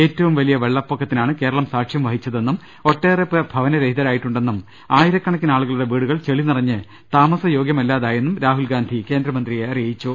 ഏറ്റവും വലിയ വെള്ളപ്പൊക്കത്തിനാണ് കേരളം സാക്ഷ്യം വഹിച്ചതെന്നും ഒട്ടേറെ പേർ ഭവ്നരഹിതരായിട്ടുണ്ടെന്നും ആയിരക്കണക്കിനാളുകളുടെ വീടുകൾ ചെളി നിറഞ്ഞ് താമസയോ ഗൃമല്ലാതായെന്നും രാഹുൽ ഗാന്ധി കേന്ദ്രമന്ത്രിയെ അറിയിച്ചു